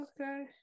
Okay